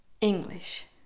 English